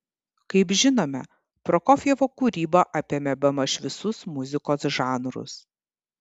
kaip žinome prokofjevo kūryba apėmė bemaž visus muzikos žanrus